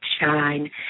shine